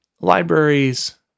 libraries